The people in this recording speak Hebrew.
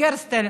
גֵרְסְטֶל.